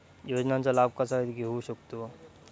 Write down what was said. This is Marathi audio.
योजनांचा लाभ कसा घेऊ शकतू?